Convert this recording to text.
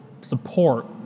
support